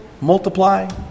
multiply